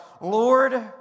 Lord